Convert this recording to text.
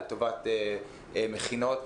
לטובת מכינות,